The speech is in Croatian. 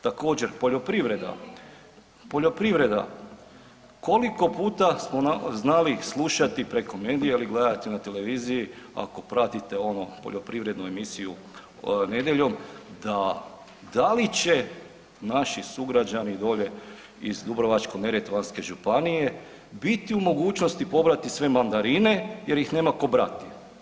Također, poljoprivreda, poljoprivreda, koliko puta smo znali slušati preko medija ili gledati na televiziji, ako pratite ono poljoprivrednu emisiju nedjeljom, da, da li će naši sugrađani dolje iz Dubrovačko-neretvanske županije biti u mogućnosti pobrati sve mandarine jer ih nema tko brati.